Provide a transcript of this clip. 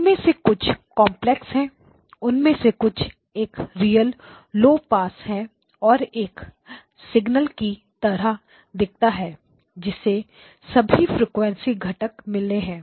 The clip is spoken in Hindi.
उनमें से कुछ कॉम्प्लेक्स हैं उनमें से कुछ एक रियल लौ पास हैं यह एक सिग्नल की तरह दिखता है जिसे सभी फ्रीक्वेंसी घटक मिले हैं